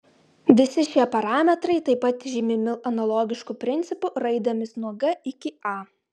visi šie parametrai taip pat žymimi analogišku principu raidėmis nuo g iki a